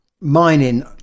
mining